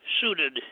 suited